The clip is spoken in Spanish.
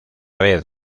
vez